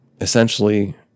essentially